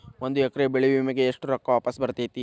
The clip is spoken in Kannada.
ಒಂದು ಎಕರೆ ಬೆಳೆ ವಿಮೆಗೆ ಎಷ್ಟ ರೊಕ್ಕ ವಾಪಸ್ ಬರತೇತಿ?